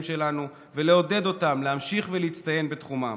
שלנו ולעודד אותם להמשיך ולהצטיין בתחומם.